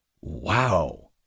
Wow